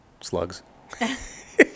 slugs